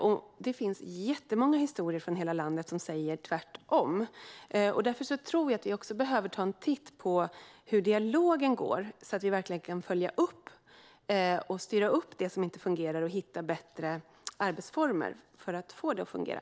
Men det finns väldigt många historier från hela landet som säger tvärtom. Därför tror jag att vi också behöver ta en titt på hur dialogen förs, så att vi verkligen kan följa upp och styra upp det som inte fungerar och hitta bättre arbetsformer för att få det att fungera.